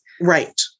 Right